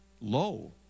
low